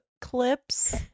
clips